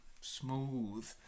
Smooth